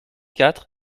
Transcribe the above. quatre